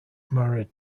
married